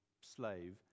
slave